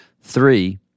Three